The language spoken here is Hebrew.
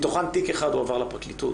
מתוכם תיק אחר הועבר לפרקליטות.